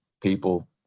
people